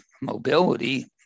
mobility